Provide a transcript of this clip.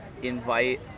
invite